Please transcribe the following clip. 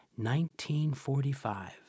1945